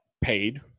paid